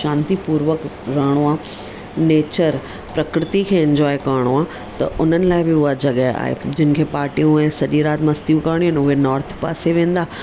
शांती पुर्वक रहिणो आहे नेचर प्रकृती खे इंजॉय करिणो आहे त उन्हनि लाइ बि उहा जॻहि आहे जिन खे पार्टियूं ऐं सॼी राति मस्तियूं करिणियूं आहिनि उहे नॉर्थ पासे वेंदा